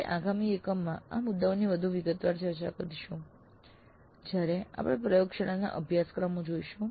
આપણે આગામી એકમમાં આ મુદ્દાઓની વધુ વિગતવાર ચર્ચા કરીશું જ્યારે આપણે પ્રયોગશાળાના અભ્યાસક્રમો જોઈશું